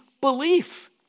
belief